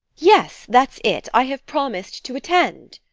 yes, that's it. i have promised to attend